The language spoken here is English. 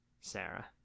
Sarah